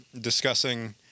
discussing